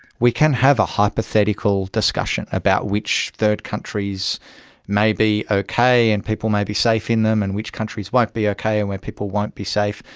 we can have a hypothetical discussion about which third countries may be okay and people may be safe in them and which countries won't be okay and where people won't be safe,